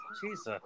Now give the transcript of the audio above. Jesus